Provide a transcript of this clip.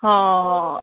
ਹਾਂ